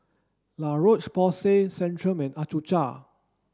La Roche Porsay Centrum and Accucheck